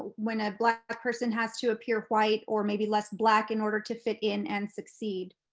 when a black person has to appear white or maybe less black in order to fit in and succeed.